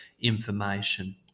information